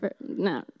no